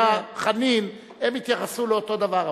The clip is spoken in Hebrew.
חנין, הם התייחסו לאותו דבר.